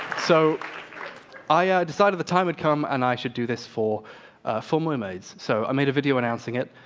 so i i decided the time had come and i should do this for for mermaids. so i made a video announcing it,